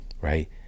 right